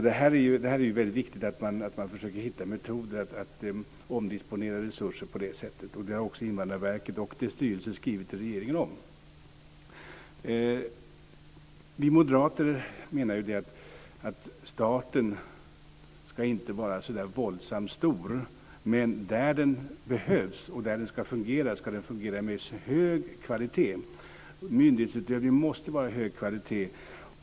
Det är alltså väldigt viktigt att man försöker hitta metoder för att omdisponera resurser på det sättet. Det har också Invandrarverket och dess styrelse skrivit till regeringen om. Vi moderater menar ju att staten inte ska vara så våldsamt stor, men där den behövs och där den ska fungera ska den vara av hög kvalitet. Myndighetsutövning måste vara av hög kvalitet.